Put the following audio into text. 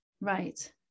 right